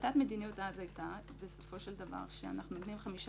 החלטת המדיניות אז הייתה שאנחנו נותנים 15